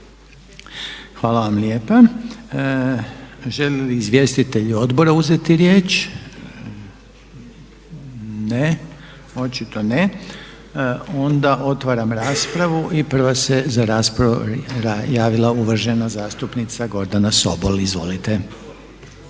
Hvala vam lijepa. Žele li izvjestitelji Odbora uzeti riječ? Ne. Očito ne. Onda otvaram raspravu. I prva se za raspravu javila uvažena zastupnica Gordana Sobol. Izvolite.